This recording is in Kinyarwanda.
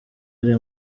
ari